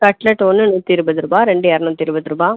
cutlet ஒன்று நூற்றி இருபது ரூபாய் ரெண்டு எரநூற்றி இருபது ரூபாய்